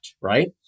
right